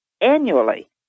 annually